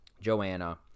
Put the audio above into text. Joanna